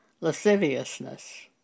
lasciviousness